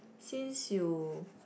since you